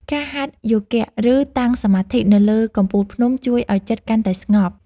ការហាត់យោគៈ ឬតាំងសមាធិនៅលើកំពូលភ្នំជួយឱ្យចិត្តកាន់តែស្ងប់។